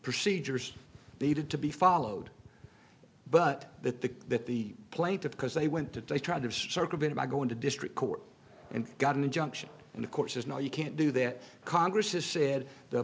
procedures needed to be followed but that the that the plaintiff because they went to try to circumvent by going to district court and got an injunction and of course there's no you can't do that congress has said the